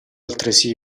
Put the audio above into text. altresì